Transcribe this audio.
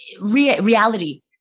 reality